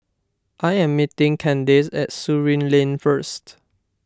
I am meeting Candace at Surin Lane first